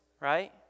right